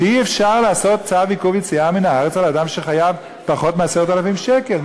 שאי-אפשר לעשות צו עיכוב יציאה מן הארץ לאדם שחייב פחות מ-10,000 שקלים.